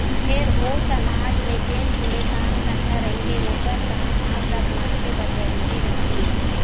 फेर ओ समाज ले जेन जुड़े काम धंधा रहिथे ओखर काम ह सब मनखे बर जरुरी रहिथे